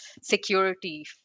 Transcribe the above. security